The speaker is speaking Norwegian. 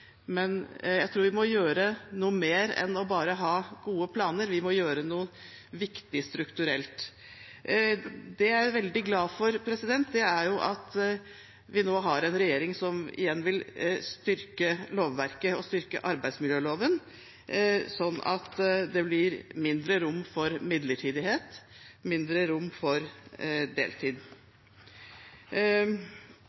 jeg tror vi må gjøre noe mer enn bare å ha gode planer. Vi må gjøre noe viktig strukturelt. Det jeg er veldig glad for, er at vi nå har en regjering som igjen vil styrke lovverket, styrke arbeidsmiljøloven, sånn at det blir mindre rom for midlertidighet, mindre rom for deltid.